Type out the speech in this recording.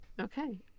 Okay